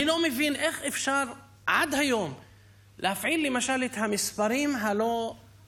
אני לא מבין איך אפשר עד היום להפעיל למשל את המספרים הלא-מוכרים,